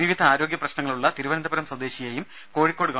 വിവിധ ആരോഗ്യ പ്രശ്നങ്ങളുള്ള തിരുവനന്തപുരം സ്വദേശിയേയും കോഴിക്കോട് ഗവ